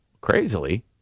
Crazily